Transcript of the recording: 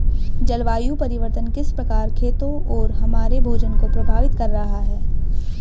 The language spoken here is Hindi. जलवायु परिवर्तन किस प्रकार खेतों और हमारे भोजन को प्रभावित कर रहा है?